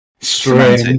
strange